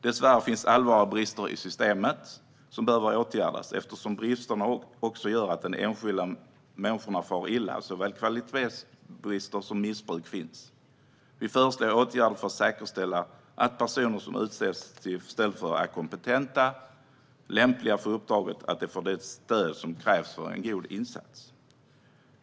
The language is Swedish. Dessvärre finns allvarliga brister i systemet som behöver åtgärdas eftersom bristerna också gör att enskilda människor far illa. Såväl kvalitetsbrister som missbruk förekommer. Vi föreslår åtgärder för att säkerställa att personer som utses till ställföreträdare är kompetenta, lämpliga för uppdraget och får det stöd som krävs för att göra en god insats.